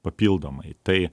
papildomai tai